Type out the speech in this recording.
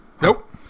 Nope